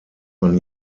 man